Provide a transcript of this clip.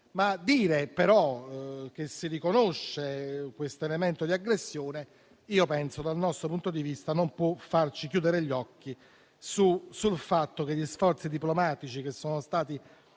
Il fatto di riconoscere questo elemento di aggressione, dal nostro punto di vista, non può però farci chiudere gli occhi sul fatto che gli sforzi diplomatici che sono stati